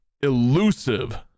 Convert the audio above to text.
elusive